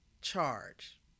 charge